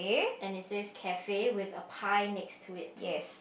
and it says cafe with a pie next to it